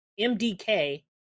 MDK